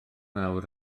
nawr